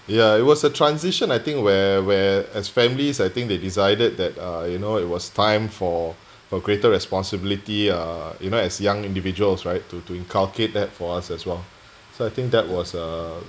yeah it was a transition I think when when as families I think they decided that uh you know it was time for for greater responsibility uh you know as young individuals right to to inculcate that for us as well so I think that was uh